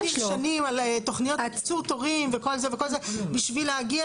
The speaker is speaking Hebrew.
אנחנו לא עובדים שנים על תכניות לקיצור תורים וכל זה בשביל להגיע